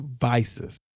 Vices